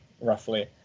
roughly